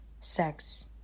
sex